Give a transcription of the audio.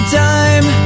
time